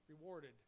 rewarded